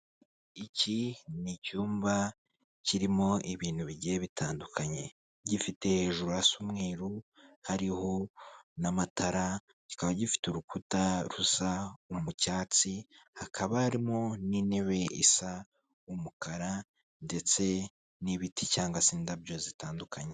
Iki ni icyumba kirimo ibintu bigiye bitandukanye gifite hejuru hasa umweruru hariho n'amatara kikaba gifite urukuta rusa mu cyatsi hakaba harimo n'intebe isa umukara ndetse n'ibiti cyangwa se indabo zitandukanye.